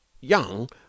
young